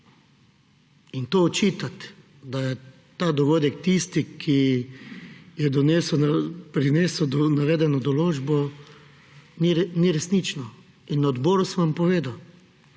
In to očitati, da je ta dogodek tisti, ki je prinesel navedeno določbo, ni resnično. Na odboru sem vam povedal,